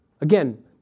Again